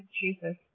Jesus